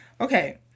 Okay